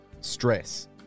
stress